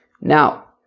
Now